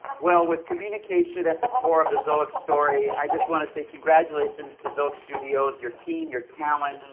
well, with communication at the core of the zoic story, i just wanna say congratulations to zoic studios, your team, your talent,